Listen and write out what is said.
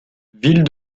ville